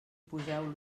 poseu